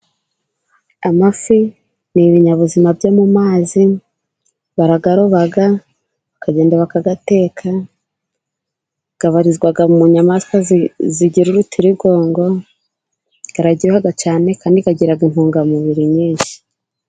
Amafi ni ibinyabuzima byo mu mazi ,barayaroba ,bakagenda bakayateka, abarizwa mu nyamaswa zigira urutirigongo ,araryoha cyane kandi agira intungamubiri nyinshi.